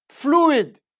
Fluid